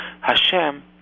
Hashem